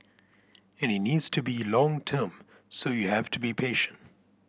and it needs to be long term so you have to be patient